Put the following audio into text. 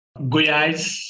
Goiás